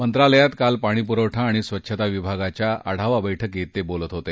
मंत्रालयात काल पाणी पुरवठा आणि स्वच्छता विभागाच्या आढावा बैठकीत ते बोलत होते